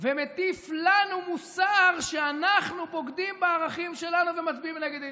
ומטיף לנו מוסר שאנחנו בוגדים בערכים שלנו ומצביעים נגד ההתיישבות.